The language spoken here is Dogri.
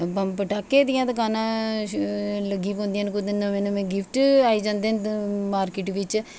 बंब पटाके दियां दकाना शुरू लगी पौंदयां न कुदै नमें नमें गिफ्ट लगी आई जंदे न मारकेट बेच कपड़े